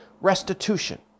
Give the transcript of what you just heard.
restitution